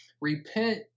repent